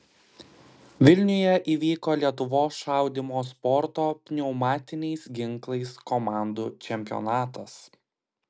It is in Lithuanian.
vilniuje įvyko lietuvos šaudymo sporto pneumatiniais ginklais komandų čempionatas